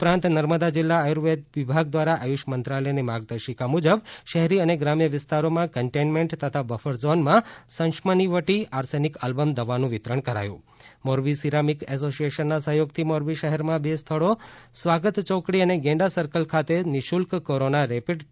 ઉપરાંત નર્મદા જિલ્લા આયુર્વેદ વિભાગ દ્વારા આયુષ મંત્રાલયની માર્ગદર્શિકા મુજબ શહેરી અને ગ્રામ્ય વિસ્તારોમાં કન્ટેનમેન્ટ તથા બફરઝોનમાં સંશમની વટી આર્સેનિક આલ્બમ દવાનું વિતરણ કરાયુ મોરબી સીરામીક એસોસીએસનના સહયોગથી મોરબી શહેરમા બે સ્થળો સ્વાગત યોકડી અને ગેંડા સર્કલ ખાતે નિઃશુલ્ક કોરોના રેપીડ ટેસ્ટ કેમ્પનુ આયોજન કરાયું